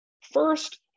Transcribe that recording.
First